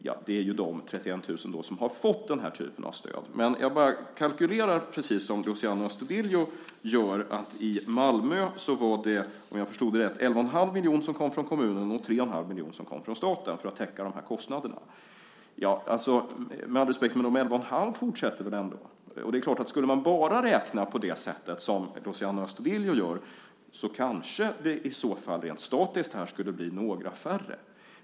Ja, det är då de 31 000 som har fått den här typen av stöd. Men jag bara kalkylerar precis som Luciano Astudillo gör, att i Malmö var det, om jag förstod det rätt, 11,5 miljoner som kom från kommunen och 3,5 miljoner som kom från staten för att täcka dessa kostnader. Men de 11,5 miljonerna kommer väl fortsatt att finnas. Det är klart att om man bara skulle räkna på det sätt som Luciano Astudillo gör kanske det rent statiskt skulle bli några färre.